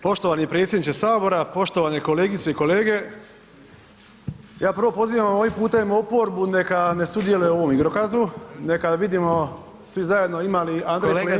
Poštovani predsjedniče sabora, poštovane kolegice i kolege ja prvo pozivam ovim putem oporbu neka ne sudjeluje u ovom igrokazu, neka vidimo svi zajedno ima li Andrej Plenković…